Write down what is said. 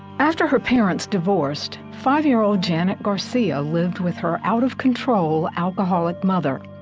after her parents divorced five year-old janet garcia lived with her out of control alcoholic mother.